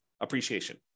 appreciation